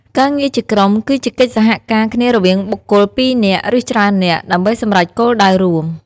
ការងារជាក្រុម គឺជាកិច្ចសហការគ្នារវាងបុគ្គលពីរនាក់ ឬច្រើននាក់ ដើម្បីសម្រេចគោលដៅរួម។